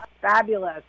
fabulous